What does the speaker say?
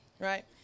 right